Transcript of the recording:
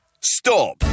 stop